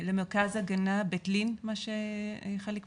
למרכז ההגנה "בית לין", מה שחלק מכירים.